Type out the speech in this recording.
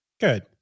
Good